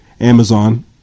Amazon